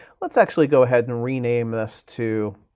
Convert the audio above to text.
let's actually go ahead and rename this to